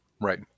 right